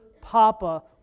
papa